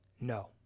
No